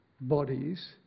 bodies